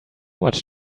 much